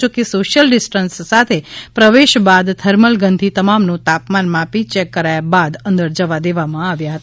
જોકે social distance સાથે પ્રવેશ બાદ થર્મલ ગનથી તમામનું તાપમાન માપીચેક કરયા બાદ અંદર જવા દેવામાં આવ્યા હતા